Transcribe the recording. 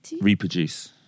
reproduce